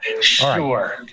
Sure